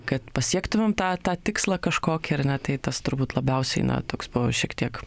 kad pasiektumėm tą tą tikslą kažkokį ar ne tai tas turbūt labiausiai na toks buvo šiek tiek